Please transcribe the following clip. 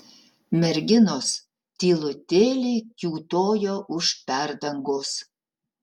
merginos tylutėliai kiūtojo už perdangos